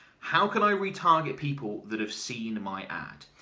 how could i retarget people that have seen my ad?